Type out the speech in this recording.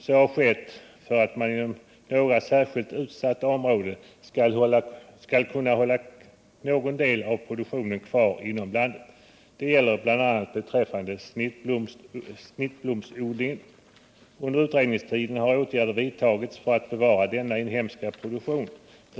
Så har skett för att man på vissa särskilt utsatta områden skall kunna hålla någon del av produktionen kvar inom landet. Det gäller bl.a. beträffande snittblomsodlingen. Under utredningstiden har åtgärder vidtagits för att bevara denna inhemska produktion.